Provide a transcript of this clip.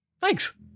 Thanks